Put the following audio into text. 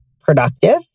productive